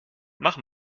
mach